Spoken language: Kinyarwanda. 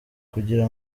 kugira